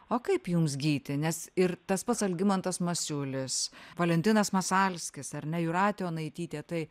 o kaip jums gyti nes ir tas pats algimantas masiulis valentinas masalskis ar ne jūratė onaitytė tai